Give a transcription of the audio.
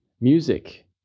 music